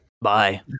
Bye